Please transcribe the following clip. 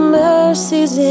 mercies